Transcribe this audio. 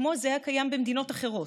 כמו זה הקיים במדינות אחרות,